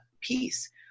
peace